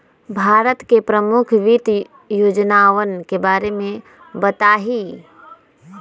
भारत के प्रमुख वित्त योजनावन के बारे में बताहीं